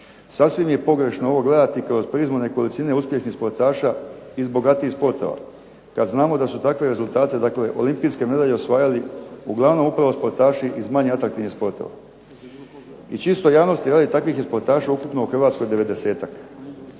Sasvim je pogrešno ovo gledati kroz prizmu nekolicine uspješnih sportaša iz bogatijih sportova kad znamo da su takva rezultate, dakle olimpijske medalje osvajali uglavnom upravo sportaši iz manje atraktivnih sportova. I čisto javnosti radi, takvih je sportaša ukupno u Hrvatskoj 90-tak.